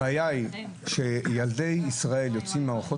הבעיה היא שילדי ישראל יוצאים ממערכות